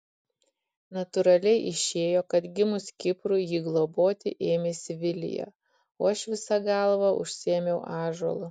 natūraliai išėjo kad gimus kiprui jį globoti ėmėsi vilija o aš visa galva užsiėmiau ąžuolu